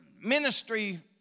ministry